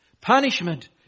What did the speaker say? punishment